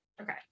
Okay